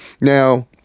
Now